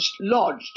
lodged